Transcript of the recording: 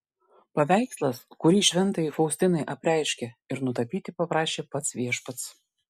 paveikslas kurį šventajai faustinai apreiškė ir nutapyti paprašė pats viešpats